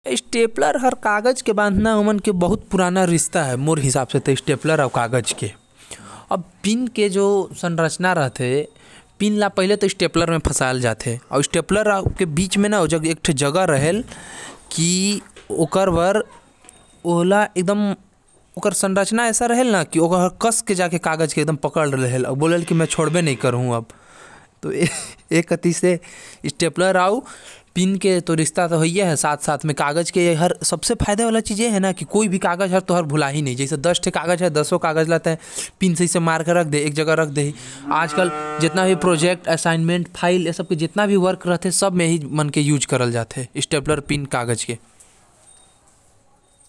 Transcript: स्टेपलर के पिन के संरचना ऐसा होये रहेल न कि ओ पेपर म पढ़ते अउ ओला ऐसा जकड़ लेथे की ओकर से कोई पुराना रिश्ता हवे। जब पिन के दबाये जाथे स्टेपलर से तब ओ हर कागज़ म फंस जाथे।